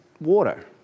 water